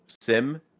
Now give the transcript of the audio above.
sim